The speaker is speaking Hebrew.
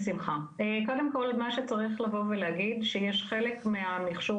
קודם כל מה שצריך לבוא לו להגיד שיש חלק מהמכשור